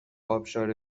ابشار